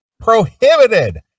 prohibited